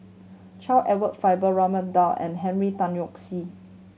Charles Edward Faber Raman Daud and Henry Tan Yoke See